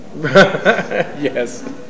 Yes